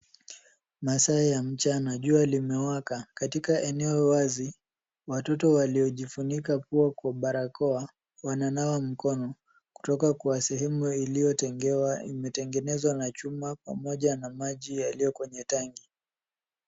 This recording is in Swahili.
Masaa ya mchana, jua limewaka katika eneo wazi, watoto walio jifunika nguo kwa barakoa wananawa mkono kutoka kwa sehemu uliotengenezwa na chuma pamoja na maji yalio kuwa kwenye tanki.